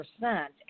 percent